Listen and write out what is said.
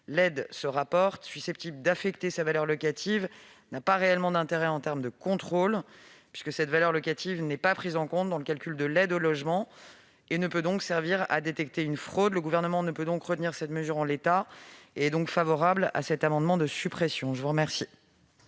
l'aide se rapporte, susceptible d'affecter sa valeur locative, n'a pas réellement d'intérêt en termes de contrôle. En effet, cette valeur locative n'est pas prise en compte dans le calcul de l'aide au logement et ne peut donc servir à détecter une fraude. Le Gouvernement ne peut retenir cette mesure en l'état. Il est donc favorable à cet amendement de suppression. Je mets aux voix